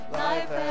life